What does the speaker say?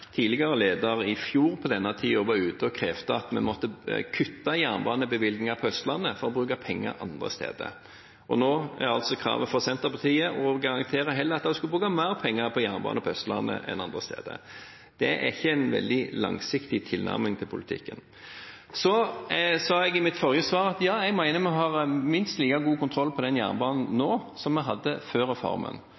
tidligere leder i fjor på denne tiden var ute og krevde at vi måtte kutte i jernbanebevilgninger på Østlandet for å bruke penger andre steder. Og nå er altså kravet fra Senterpartiet heller å garantere at en skal bruke mer penger på jernbane på Østlandet enn andre steder. Det er ikke en veldig langsiktig tilnærming til politikken. Så sa jeg i mitt forrige svar at ja, jeg mener vi har en minst like god kontroll på den jernbanen nå